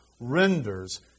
renders